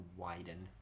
widen